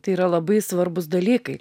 tai yra labai svarbūs dalykai